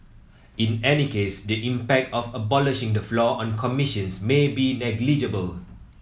in any case the impact of abolishing the floor on commissions may be negligible